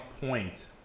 point